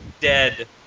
Dead